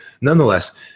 nonetheless